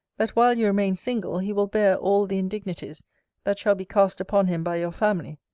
that while you remain single, he will bear all the indignities that shall be cast upon him by your family.